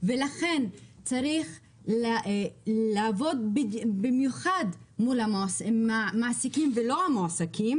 ולכן צריך לעבוד במיוחד מול המעסיקים לא המועסקים